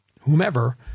whomever